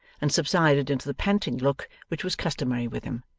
and subsided into the panting look which was customary with him,